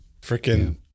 Freaking